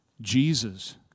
Jesus